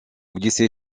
glisser